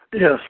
Yes